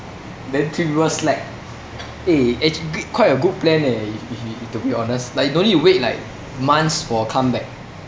then three people slack eh actually great quite a good plan eh if we to be honest like you don't need to wait like months for a comeback